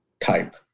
type